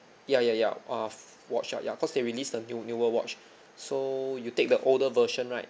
ya ya ya uh watch ya ya cause they released the new newer watch so you take the older version right